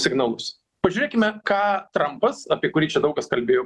signalus pažiūrėkime ką trampas apie kurį čia daug kas kalbėjo